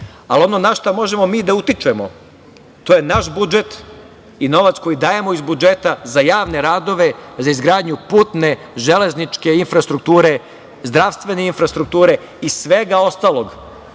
na šta možemo mi da utičemo, to je naš budžet i novac koji dajemo iz budžeta za javne radove, za izgradnju putne, železničke infrastrukture, zdravstvene infrastrukture, i svega ostalog